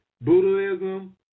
Buddhism